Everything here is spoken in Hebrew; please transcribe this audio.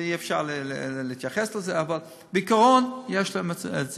ואי-אפשר להתייחס לזה, אבל בעיקרון יש להם.